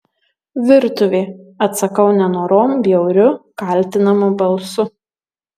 virtuvė atsakau nenorom bjauriu kaltinamu balsu